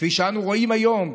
כפי שאנו רואים היום,